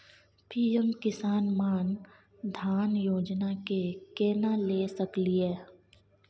PM Kisan Maan Dhan Yojana के केना ले सकलिए?